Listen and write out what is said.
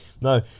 No